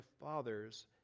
Father's